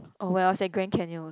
oh well it's at Grand-Canyon